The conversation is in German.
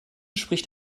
spricht